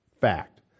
fact